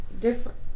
different